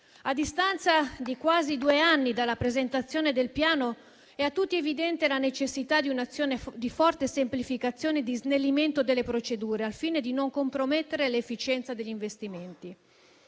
due anni di distanza dalla presentazione del piano è a tutti evidente la necessità di un'azione di forte semplificazione e di snellimento delle procedure, al fine di non compromettere l'efficienza degli investimenti.